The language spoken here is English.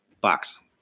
box